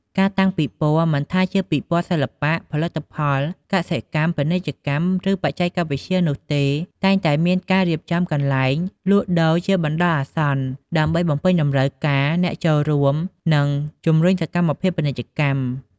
ការតាំងពិព័រណ៍ មិនថាជាពិព័រណ៍សិល្បៈ ផលិតផល កសិកម្ម ពាណិជ្ជកម្ម ឬបច្ចេកវិទ្យានោះទេ តែងតែមានការរៀបចំកន្លែងលក់ដូរជាបណ្ដោះអាសន្ន ដើម្បីបំពេញតម្រូវការអ្នកចូលរួម និងជំរុញសកម្មភាពពាណិជ្ជកម្ម។